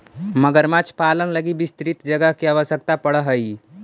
मगरमच्छ पालन लगी विस्तृत जगह के आवश्यकता पड़ऽ हइ